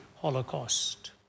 Holocaust